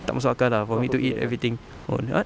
tak masuk akal lah for me to eat everything oh what